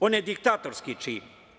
On je diktatorski čin.